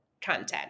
content